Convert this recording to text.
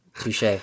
Touche